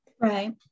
right